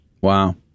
Wow